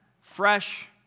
fresh